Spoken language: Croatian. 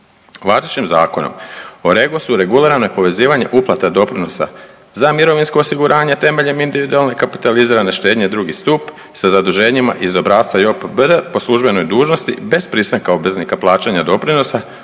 Važećim Zakonom o REGOS-u regulirano je povezivanje uplata doprinosa za mirovinsko osiguranje temeljem individualne kapitalizirane štednje drugi stup sa zaduženjima iz obrasca JOPPD po službenoj dužnosti bez pristanka obveznika plaćanja doprinosa